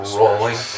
rolling